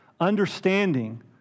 understanding